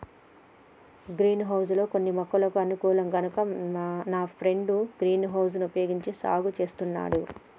green house లో కొన్ని మొక్కలకు అనుకూలం కనుక నా ఫ్రెండు గ్రీన్ హౌస్ వుపయోగించి సాగు చేస్తున్నాడు